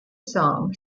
song